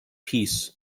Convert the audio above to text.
peace